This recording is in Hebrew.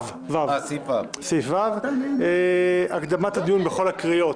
2. הצעת חוק התכנית לסיוע כלכלי (נגיף הקורונה החדש)